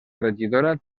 regidora